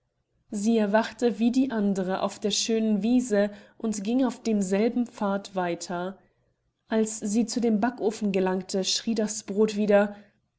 sie erwachte wie die andere auf der schönen wiese und ging auf demselben pfad weiter als sie zu dem backofen gelangte schrie das brod wieder